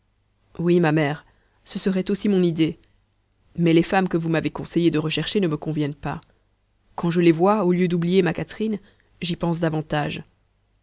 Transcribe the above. oui ma mère ce serait aussi mon idée mais les femmes que vous m'avez conseillé de rechercher ne me conviennent pas quand je les vois au lieu d'oublier ma catherine j'y pense davantage